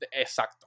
Exacto